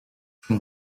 from